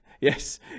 Yes